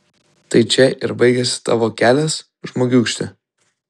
tai čia ir baigiasi tavo kelias žmogiūkšti